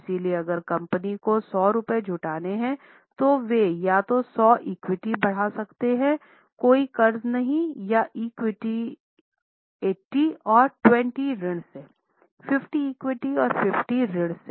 इसलिए अगर कंपनी को 100 रुपये जुटाने हैं तो वे या तो 100 इक्विटी बढ़ा सकते हैं कोई कर्ज नहींया 80 इक्विटी और 20 ऋण से 50 इक्विटी और 50 ऋण से